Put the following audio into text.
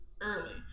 early